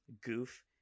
goof